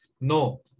No